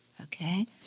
okay